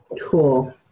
Cool